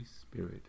Spirit